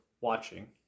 watching